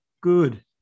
Good